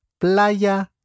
playa